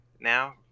now